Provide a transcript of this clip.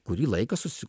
kurį laiką susi